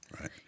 Right